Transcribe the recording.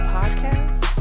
Podcast